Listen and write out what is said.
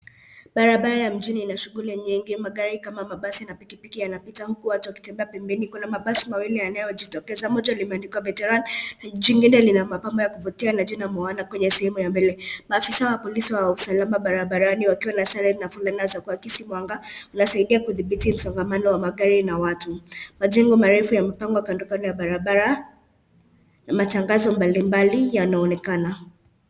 Barabara ya mjini ina shughuli aina nyingi. Magari kama mabasi na pikipiki yanapita, huku watu wakitembea pembeni. Kuna mabasi mawili yanayojitokeza, moja limeandikwa Veteran na jingine lina mapambo ya kuvutia na jina Moana kwenye sehemu ya mbele. Maafisa wa polisi wa usalama barabarani wakiwa na sare na fulana za kuakisi mwanga, wanasaidia kudhibiti msongamano wa magari na watu. Majengo marefu yamepangwa kando kando ya barabara. Matangazo mbali mbali yanaonekana.